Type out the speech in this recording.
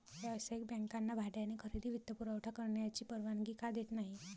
व्यावसायिक बँकांना भाड्याने खरेदी वित्तपुरवठा करण्याची परवानगी का देत नाही